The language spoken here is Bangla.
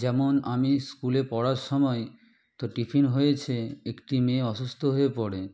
যেমন আমি স্কুলে পড়ার সময় তো টিফিন হয়েছে একটি মেয়ে অসুস্থ হয়ে পড়ে